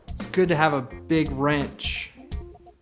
it's good to have ah big wrench,